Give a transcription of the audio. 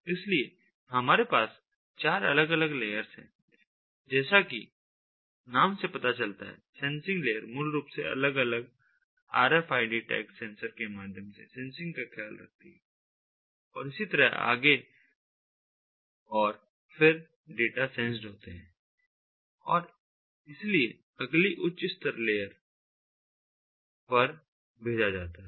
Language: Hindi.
इसलिए हमारे पास चार अलग अलग लेयर्स हैं और जैसा कि नाम से पता चलता है सेंसिंग लेयर मूल रूप से अलग अलग R F I D tag sensor के माध्यम से सेंसिंग का ख्याल रखती है और इसी तरह आगे और फिर डेटा सेंस्ड होते हैं और इसलिए अगली उच्च स्तर लेयर र भेजा जाता है